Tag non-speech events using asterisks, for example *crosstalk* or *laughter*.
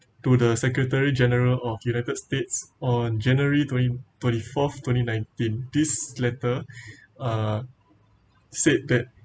to the secretary general of united states on january twenty twenty fourth twenty nineteen this letter *breath* uh said that